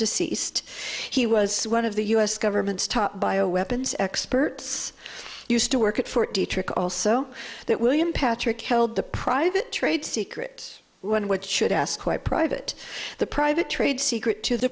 deceased he was one of the u s government's top bio weapons experts used to work at fort dietrich also that william patrick held the private trade secret one which should ask quite private the private trade secret to the